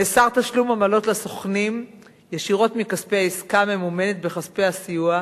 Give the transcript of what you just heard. נאסר תשלום עמלות לסוכנים ישירות מכספי העסקה הממומנת בכספי הסיוע,